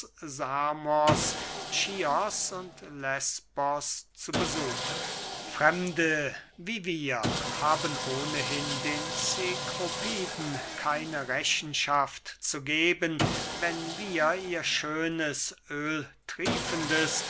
samos chios und lesbos zu besuchen fremde wie wir haben ohnehin den cekropiden keine rechenschaft zu geben wenn wir ihr schönes